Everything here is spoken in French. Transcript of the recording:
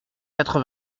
quatre